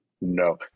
no